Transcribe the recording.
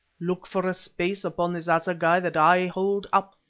look for a space upon this assegai that i hold up,